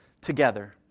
together